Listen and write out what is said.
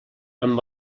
amb